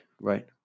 Right